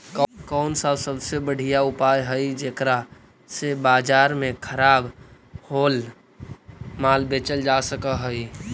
कौन सा सबसे बढ़िया उपाय हई जेकरा से बाजार में खराब होअल माल बेचल जा सक हई?